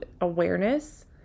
awareness